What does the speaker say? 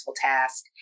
task